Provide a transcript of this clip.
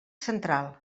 central